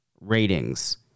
ratings